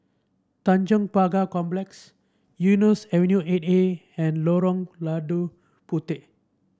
Tanjong Pagar Complex Eunos Avenue Eight A and Lorong Lada Puteh